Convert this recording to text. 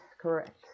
correct